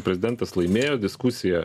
prezidentas laimėjo diskusija